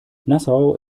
nassau